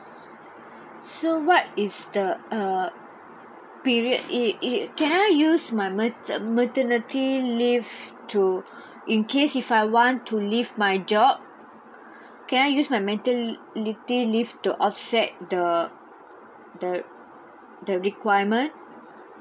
so what is the err period it it can I use my mater~ maternity leave to in case if I want to leave my job can I use my maternity leave to offset the the the requirement